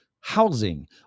housing